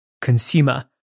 consumer